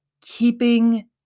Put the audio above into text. keeping